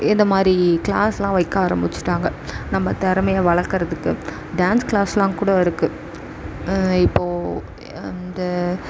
இந்தமாதிரி கிளாஸ்லாம் வைக்க ஆரம்பிச்சுட்டாங்க நம்ம திறமைய வளக்கிறதுக்கு டான்ஸ் கிளாஸ்லாம் கூட இருக்குது இப்போது அந்த